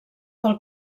del